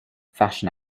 fashion